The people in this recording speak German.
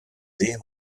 sehr